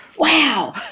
wow